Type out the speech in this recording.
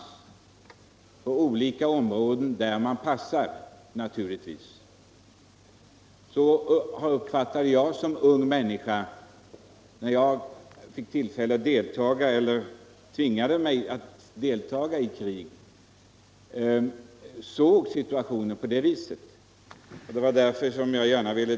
Så uppfattade jag det som ung människa när jag deltog i krig.